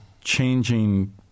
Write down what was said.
changing